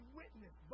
witness